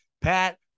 Pat